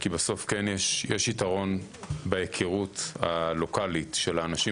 כי בסוף יש יתרון בהיכרות הלוקאלית של האנשים